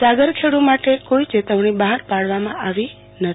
સાગરખેડુ માટે કોઈ ચેતવણી બહાર પાડવામાં આવી નથી